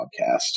podcast